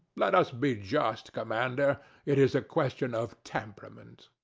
let us be just, commander it is a question of temperament.